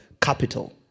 capital